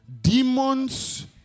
demons